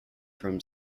from